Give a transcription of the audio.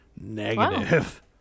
Negative